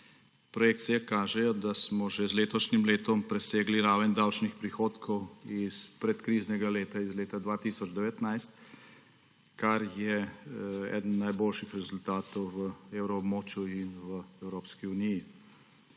Projekcije kažejo, da smo že z letošnjim letom presegli raven davčnih prihodkov iz predkriznega leta, iz leta 2019, kar je eden najboljših rezultatov v evroobmočju in v Evropski uniji.